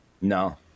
no